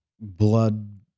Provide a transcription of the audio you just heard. blood